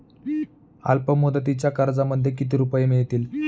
अल्पमुदतीच्या कर्जामध्ये किती रुपये मिळतील?